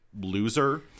loser